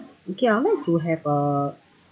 okay I'd like to have a